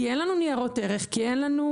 כי אין לנו ניירות ערך, כי אין לנו